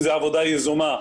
אם זה עבודה יזומה,